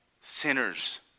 sinners